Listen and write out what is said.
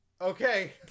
Okay